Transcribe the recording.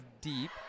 deep